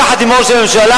יחד עם ראש הממשלה,